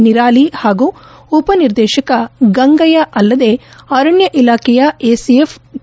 ನಿರಾಲಿ ಹಾಗೂ ಉಪನಿರ್ದೇಶಕ ಗಂಗಯ್ಯ ಅಲ್ಲದೇ ಅರಣ್ಯ ಇಲಾಖೆಯ ಎಸಿಎಫ್ ಕೆ